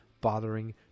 bothering